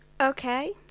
okay